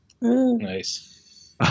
Nice